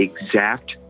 exact